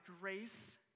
grace